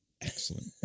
excellent